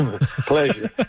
pleasure